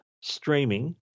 streaming